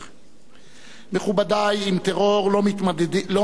מכובדי, עם טרור לא מתמודדים בהכחשה,